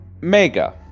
Mega